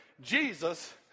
Jesus